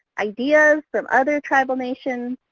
ideas from other tribal nations,